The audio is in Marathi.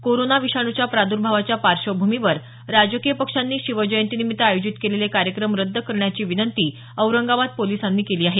कोरोना विषाणूच्या प्रादर्भावाच्या पार्श्वभूमीवर राजकीय पक्षांनी शिवजयंतीनिमित्त आयोजित केलेले कार्यक्रम रद्द करण्याची विनंती औरंगाबाद पोलिसांनी केली आहे